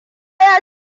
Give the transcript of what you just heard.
ya